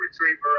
Retriever